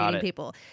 people